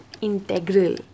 integral